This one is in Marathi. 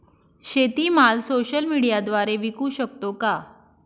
शेतीमाल सोशल मीडियाद्वारे विकू शकतो का?